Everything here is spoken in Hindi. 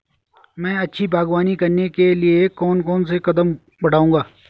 मैं अच्छी बागवानी करने के लिए कौन कौन से कदम बढ़ाऊंगा?